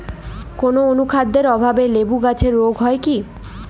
কোন অনুখাদ্যের অভাবে লেবু গাছের রোগ হয়?